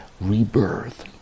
rebirth